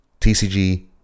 TCG